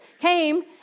came